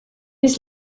his